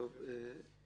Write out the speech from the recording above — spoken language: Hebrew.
או בדף אינטרנט שנועד לכך.